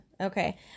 Okay